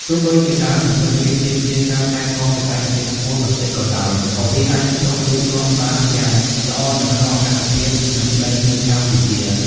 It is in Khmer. ទោះបីជាដើមបំពេញរាជទាមទារការថែទាំបច្ចេកទេសខ្ពស់បន្តិចក៏ដោយ ក៏វាអាចដុះលូតលាស់បានយ៉ាងល្អនៅក្នុងអាកាសធាតុ និងដីនៅកម្ពុជា។